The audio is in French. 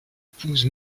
épouse